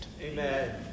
Amen